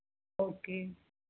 okay